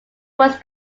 was